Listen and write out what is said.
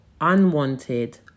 unwanted